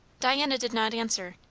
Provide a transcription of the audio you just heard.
diana did not answer.